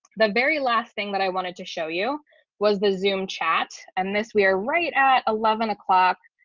the very last thing that i wanted to show you was the zoom chat and this we are right at eleven o'clock